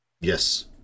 Yes